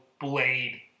Blade